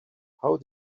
how